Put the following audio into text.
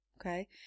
okay